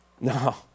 No